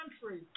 country